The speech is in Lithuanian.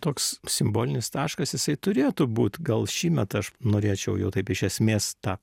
toks simbolinis taškas jisai turėtų būt gal šįmet aš norėčiau jau taip iš esmės tą